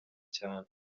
cyane